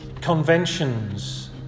conventions